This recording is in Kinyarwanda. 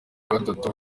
gatatu